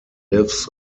lives